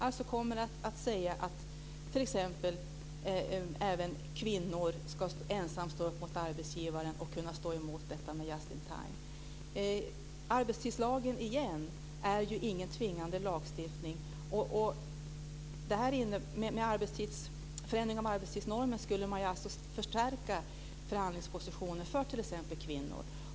Det innebär t.ex. att även kvinnor ensamma ska stå upp mot arbetsgivaren och stå emot detta med just-in-time. Abetstidslagen är ingen tvingande lagstiftning. Men en förändring av arbetstidsnormen skulle man förstärka förhandlingspositionen för t.ex. kvinnor.